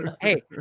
Hey